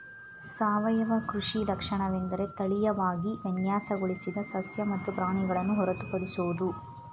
ಸಾವಯವ ಕೃಷಿ ಲಕ್ಷಣವೆಂದರೆ ತಳೀಯವಾಗಿ ವಿನ್ಯಾಸಗೊಳಿಸಿದ ಸಸ್ಯ ಮತ್ತು ಪ್ರಾಣಿಗಳನ್ನು ಹೊರತುಪಡಿಸೋದು